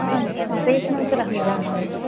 आं पेस्मेकर् अहं जानामि